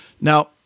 Now